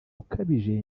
ukabije